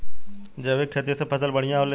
जैविक खेती से फसल बढ़िया होले